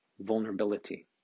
vulnerability